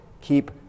keep